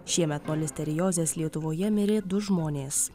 šiemet nuo listeriozės lietuvoje mirė du žmonės